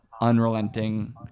unrelenting